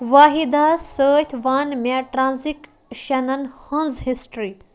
واحِداہَس سۭتۍ وَن مےٚ ٹرٛانٛزیکشنَن ہٕنٛز ہِسٹری